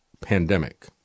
pandemic